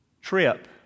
trip